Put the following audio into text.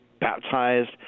baptized